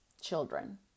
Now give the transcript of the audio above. children